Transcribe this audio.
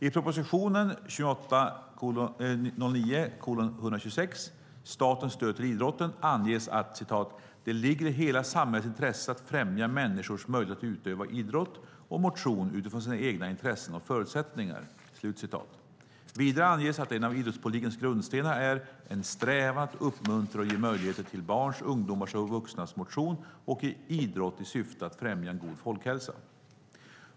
I propositionen 2008/09:126 Statens stöd till idrotten anges att "det ligger i hela samhällets intresse att främja människors möjlighet att utöva idrott och motion utifrån sina egna intressen och förutsättningar". Vidare anges att en av idrottspolitikens grundstenar är "en strävan att uppmuntra och ge möjligheter till barns, ungdomars och vuxnas motion och idrott i syfte att främja en god folkhälsa".